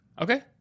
Okay